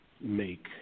Make